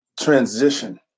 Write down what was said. transition